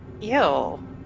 Ew